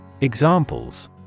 Examples